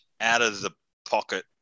out-of-the-pocket